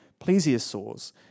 plesiosaurs